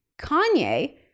kanye